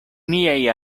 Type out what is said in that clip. miaj